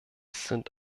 sind